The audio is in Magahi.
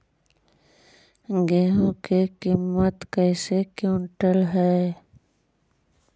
गेहू के किमत कैसे क्विंटल है?